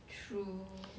true